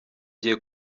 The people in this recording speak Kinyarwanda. agiye